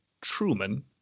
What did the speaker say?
Truman